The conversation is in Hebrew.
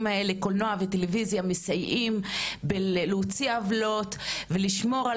האלה קולנוע וטלוויזיה מסייעים להוציא עוולות ולשמור על